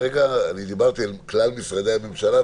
דיברתי אל כלל משרדי הממשלה,